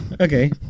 okay